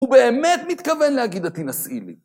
הוא באמת מתכוון להגיד התינשאי לי.